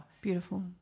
beautiful